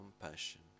compassion